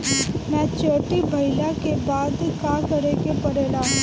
Maturity भईला के बाद का करे के पड़ेला?